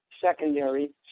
secondary